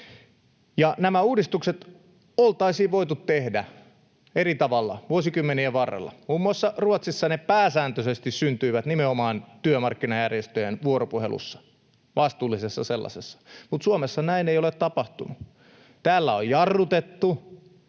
Nämä uudistukset oltaisiin voitu tehdä eri tavalla vuosikymmenien varrella. Muun muassa Ruotsissa ne pääsääntöisesti syntyivät nimenomaan työmarkkinajärjestöjen vuoropuhelussa, vastuullisessa sellaisessa, mutta Suomessa näin ei ole tapahtunut. Täällä on jarrutettu,